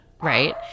right